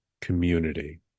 community